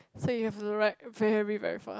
so you have to write very very fast